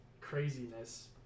craziness